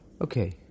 okay